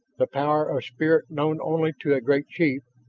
the power of spirit known only to a great chief,